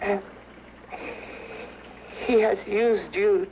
and he had to do